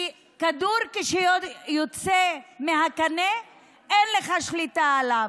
כי כדור, כשהוא יוצא מהקנה, אין לך שליטה עליו.